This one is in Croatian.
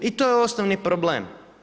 I to je osnovni problem.